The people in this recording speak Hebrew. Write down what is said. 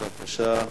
בבקשה.